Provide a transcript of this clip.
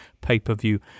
pay-per-view